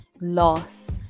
loss